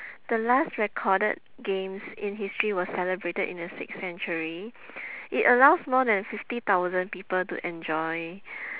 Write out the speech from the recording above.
the last recorded games in history was celebrated in the sixth century it allows more than fifty thousand people to enjoy